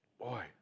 Boy